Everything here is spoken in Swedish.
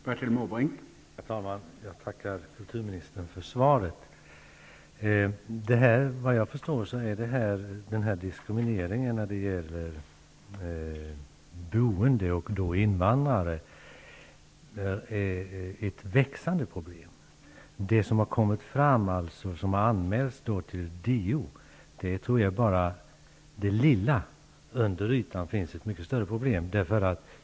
Herr talman! Jag tackar kulturministern för svaret. Såvitt jag förstår är diskriminering när det gäller boendet och invandrarna ett växande problem. Det som kommit fram och som anmälts till DO tror jag är så att säga det lilla. Under ytan finns det säkert ett mycket större problem.